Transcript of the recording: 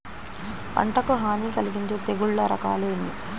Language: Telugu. పంటకు హాని కలిగించే తెగుళ్ళ రకాలు ఎన్ని?